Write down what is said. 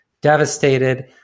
devastated